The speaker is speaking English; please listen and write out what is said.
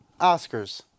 Oscars